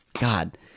god